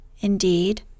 indeed